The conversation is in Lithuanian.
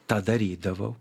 tą darydavau